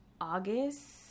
August